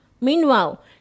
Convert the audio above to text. Meanwhile